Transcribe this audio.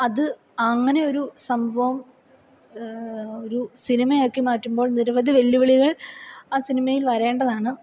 അത് അങ്ങനെ ഒരു സംഭവം ഒരു സിനിമയാക്കി മാറ്റുമ്പോൾ നിരവധി വെല്ലുവിളികൾ ആ സിനിമയിൽ വരേണ്ടതാണ്